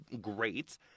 great